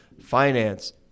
finance